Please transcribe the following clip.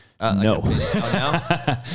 No